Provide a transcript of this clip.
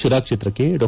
ಶಿರಾ ಕ್ಷೇತ್ರಕ್ಕೆ ಡಾ